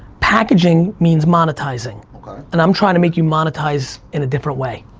packaging means monetizing and i'm trying to make you monetize in a different way.